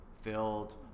filled